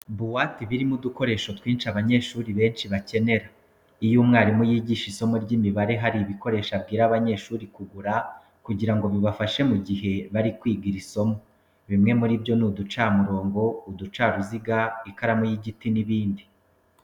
Buwate iba irimo udukoresho twinshi abanyeshuri benshi bakenera. Iyo umwarimu yigisha isomo ry'imibare hari ibikoresho abwira abanyeshuri kugura kugira ngo bibafashe mu gihe bari kwiga iri somo. Bimwe muri byo ni uducamurongo, uducaruziga, ikaramu y'igiti n'ibindi.